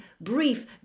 brief